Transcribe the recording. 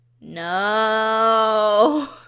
No